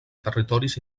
territoris